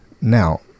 now